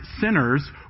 sinners